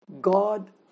God